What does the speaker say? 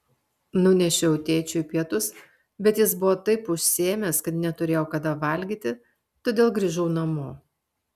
nunešiau tėčiui pietus bet jis buvo taip užsiėmęs kad neturėjo kada valgyti todėl grįžau namo